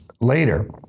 later